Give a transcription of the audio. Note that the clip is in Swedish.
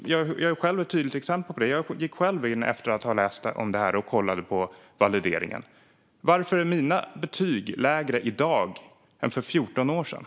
Jag är själv ett tydligt exempel på detta. Jag gick själv, efter att ha läst om detta, in och kollade på valideringen. Varför är mina betyg lägre i dag än för 14 år sedan?